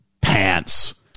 pants